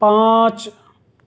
پانچ